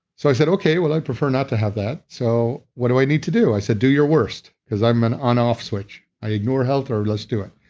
so i said, okay, well i prefer not to have that. so what do i need to do? i said do your worst because i'm and on off switch. i ignore health. let's do it.